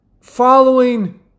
following